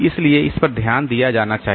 इसलिए इस पर ध्यान दिया जाना चाहिए